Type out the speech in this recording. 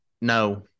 no